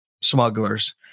smugglers